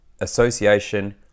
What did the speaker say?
association